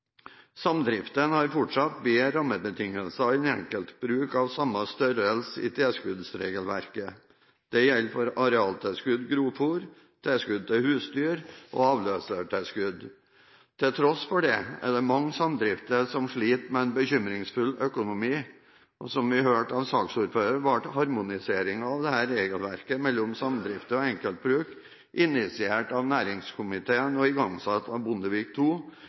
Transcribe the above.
har fortsatt bedre rammebetingelser enn enkeltbruk av samme størrelse i tilskuddsregelverket. Det gjelder for arealtilskudd grovfôr, tilskudd til husdyr og avløsertilskudd. Til tross for det er det mange samdrifter som sliter med en bekymringsfull økonomi. Som vi hørte av saksordføreren ble harmoniseringen av regelverket mellom samdrifter og enkeltbruk initiert av næringskomiteen, igangsatt av Bondevik II,